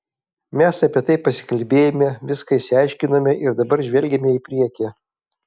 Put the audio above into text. mes apie tai pasikalbėjome viską išsiaiškinome ir dabar žvelgiame į priekį